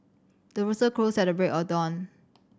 the rooster crows at the break of dawn